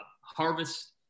harvest –